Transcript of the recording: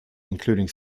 including